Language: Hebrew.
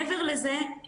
מעבר לזה,